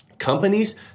Companies